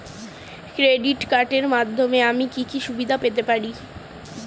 Credit কার্ডের মাধ্যমে আমি কি কি সুবিধা পেতে পারি?